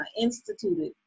instituted